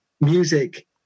music